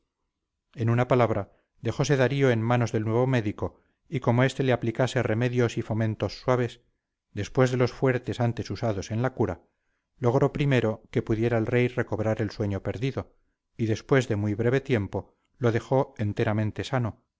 en una palabra dejóse darío en manos del nuevo médico y como éste le aplicase remedios y fomentos suaves después de los fuertes antes usados en la cura logró primero que pudiera el rey recobrar el sueño perdido y después de muy breve tiempo lo dejó enteramente sano